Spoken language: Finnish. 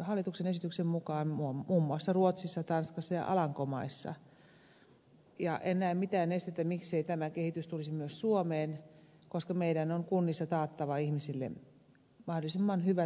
hallituksen esityksen mukaan muun muassa ruotsissa tanskassa ja alankomaissa enkä näe mitään estettä miksei tämä kehitys tulisi myös suomeen koska meidän on kunnissa taattava ihmisille mahdollisimman hyvät ja laajat palvelut